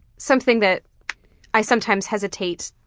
something that i sometimes hesitate,